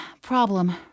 Problem